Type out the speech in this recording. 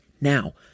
Now